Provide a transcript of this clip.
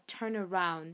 turnaround